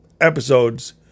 episodes